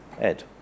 Ed